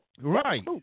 Right